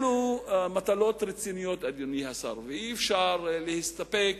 אלה מטלות רציניות, אדוני השר, ואי-אפשר להסתפק